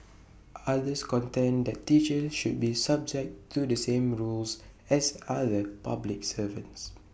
others contend that teachers should be subject to the same rules as other public servants